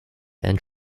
and